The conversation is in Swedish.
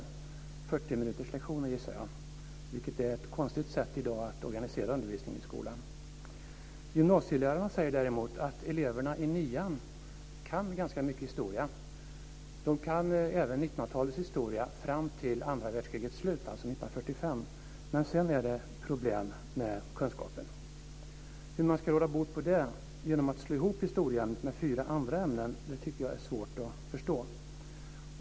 Jag gissar att det är 40 minuterslektioner, vilket i dag är ett konstigt sätt att organisera undervisningen i skolan. Gymnasielärarna säger däremot att eleverna i nian kan ganska mycket historia. De kan även 1900-talets historia fram till andra världskrigets slut, dvs. 1945, men sedan är det problem med kunskapen. Hur man ska råda bot på det genom att slå ihop historieämnet med fyra andra ämnen tycker jag är svårt att förstå.